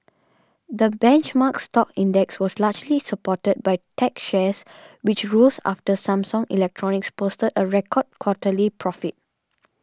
the benchmark stock index was largely supported by tech shares which rose after Samsung Electronics posted a record quarterly profit